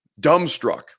dumbstruck